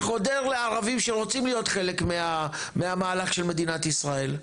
וחודר לערבים שהיו רוצים להיות חלק מהמלך של מדינת ישראל,